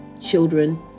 children